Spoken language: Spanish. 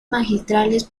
magistrales